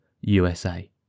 usa